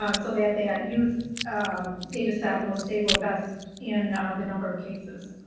ah so that that youth data set will stay robust in the number of cases.